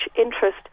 interest